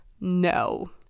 no